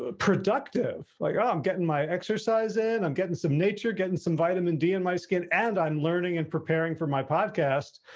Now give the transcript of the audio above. ah productive, like ah i'm getting my exercise in, i'm getting some nature getting some vitamin d in my skin, and i'm learning and preparing for my podcast.